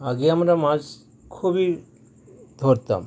আগে আমরা মাছ খুবই ধরতাম